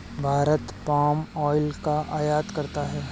Bharat palm oil का आयात करता है